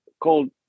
called